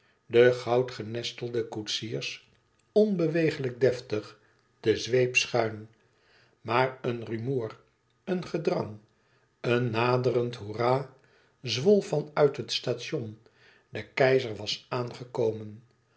de goudgenestelde koetsiers onbeweeglijk deftig de zweep schuin maar een rumoer een gedrang een naderend hoera zwol van uit het station de keizer was aangekomen